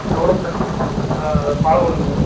எவ்வளோ ஃப்ரை ஆ பாலகோடுங்க சார்